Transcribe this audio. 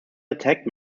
attack